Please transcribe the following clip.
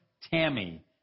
Tammy